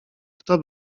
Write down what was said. kto